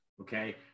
okay